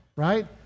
Right